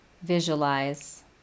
visualize